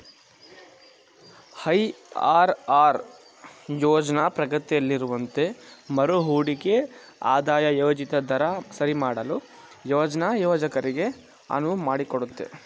IRR ಯೋಜ್ನ ಪ್ರಗತಿಯಲ್ಲಿರುವಂತೆ ಮರುಹೂಡಿಕೆ ಆದಾಯ ಯೋಜಿತ ದರ ಸರಿಮಾಡಲು ಯೋಜ್ನ ಯೋಜಕರಿಗೆ ಅನುವು ಮಾಡಿಕೊಡುತ್ತೆ